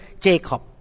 Jacob